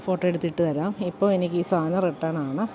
photo എടുത്ത് ഇട്ട് തരാം ഇപ്പോൾ എനിക്ക് ഈ സാധനം റിട്ടേൺ ആണ്